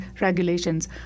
regulations